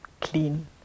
clean